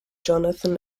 jonathan